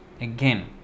Again